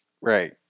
Right